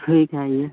ठीक है आइए